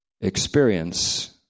experience